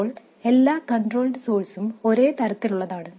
ഇപ്പോൾ എല്ലാ കണ്ട്രോൾ സോഴ്സും ഒരേ തരത്തിലുള്ളതാണ്